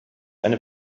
eine